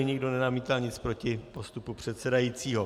Nikdo nenamítal nic proti postupu předsedajícího.